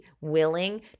willing